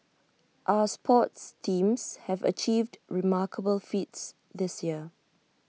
our sports teams have achieved remarkable feats this year